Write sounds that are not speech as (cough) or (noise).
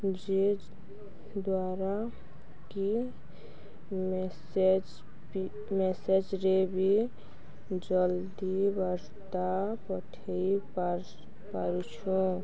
(unintelligible) ଦ୍ୱାରା କିଏ ମେସେଜ ମେସେଜରେ ବି ଜଲ୍ଦି ବାର୍ତ୍ତା ପଠେଇ ପାରୁଛୁ